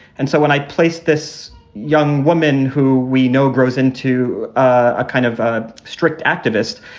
and so when i placed this young woman who we know grows into a kind of ah strict activist,